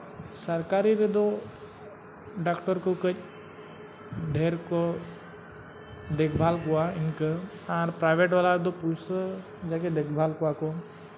ᱥᱟᱨᱠᱟᱨᱤ ᱨᱮᱫᱚ ᱰᱟᱠᱴᱚᱨ ᱠᱚ ᱠᱟᱹᱡ ᱰᱷᱮᱹᱨ ᱠᱚ ᱫᱮᱠᱷᱵᱷᱟᱞ ᱠᱚᱣᱟ ᱤᱱᱠᱟᱹ ᱟᱨ ᱯᱨᱟᱭᱵᱷᱮᱹᱴ ᱵᱟᱞᱟ ᱨᱮᱫᱚ ᱯᱩᱭᱥᱟᱹ ᱡᱟᱜᱮ ᱫᱮᱠᱷᱵᱷᱟᱞ ᱠᱚᱣᱟ ᱠᱚ